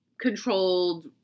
controlled